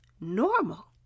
normal